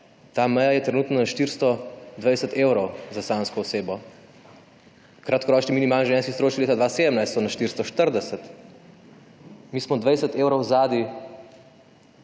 Ta meja je trenutno na 420 evrov za samsko osebo. Kratkoročni minimalni življenjski stroški leta 2017 so na 440. Mi smo 20 evrov zadaj,